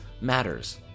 matters